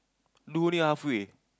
do already half way